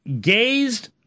gazed